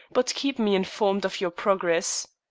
but keep me informed of your progress.